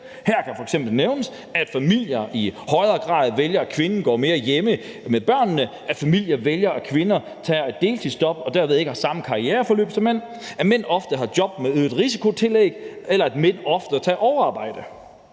Her kan f.eks. nævnes, at familierne i højere grad vælger, at kvinden går mere hjemme med børnene, at familierne vælger, at kvinderne tager et deltidsjob, og at de derved ikke har det samme karriereforløb som mænd, at mænd ofte har job med øget risikotillæg, eller at mænd oftere tager overarbejde.